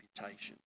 reputation